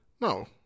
No